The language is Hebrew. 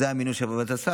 זה המינוי של ועדת הסל.